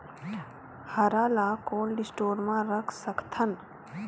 हरा ल cold store म रख सकथन?